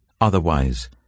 Otherwise